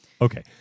Okay